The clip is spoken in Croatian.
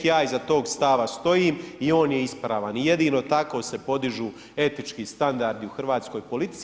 Ja iza tog stava stojim i on je ispravan i jedino tako se podižu etički standardi u hrvatskoj politici.